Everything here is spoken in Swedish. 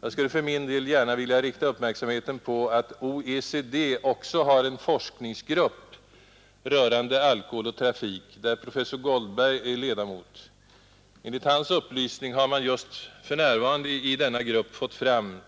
Jag skulle för min del vilja rikta uppmärksamheten på att OECD också har en forskningsgrupp rörande alkohol och trafik, där professor Goldberg är ledamot. Enligt vad han omtalade häromdagen har man just för närvarande i denna grupp fått fram